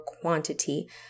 quantity